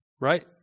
Right